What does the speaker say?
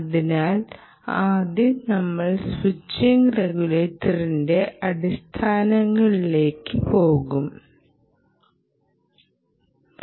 അതിനാൽ ആദ്യം നമ്മൾ സ്വിച്ചിങ്ങ് റെഗുലേറ്ററിന്റെ അടിസ്ഥാന ആശയങ്ങളിലേക്ക് പോകും